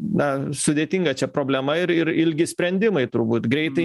na sudėtinga čia problema ir ir ilgi sprendimai turbūt greitai